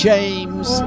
James